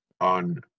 on